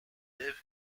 live